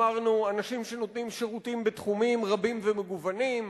אמרנו אנשים שנותנים שירותים בתחומים רבים ומגוונים,